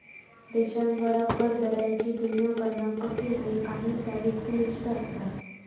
देशांद्वारा कर दरांची तुलना करणा कठीण आणि काहीसा व्यक्तिनिष्ठ असा